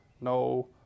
no